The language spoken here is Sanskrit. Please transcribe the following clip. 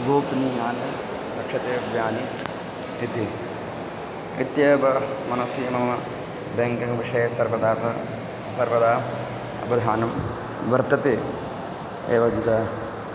गोपनीयानि रक्षतेव्यानि इति इत्येव मनसि मम बेङ्किङ्ग्विषये सर्वदा थ सर्वदा अवधानं वर्तते एवञ्च